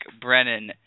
Brennan